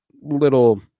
little